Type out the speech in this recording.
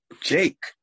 Jake